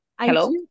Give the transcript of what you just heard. Hello